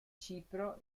cipro